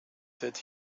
that